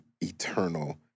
eternal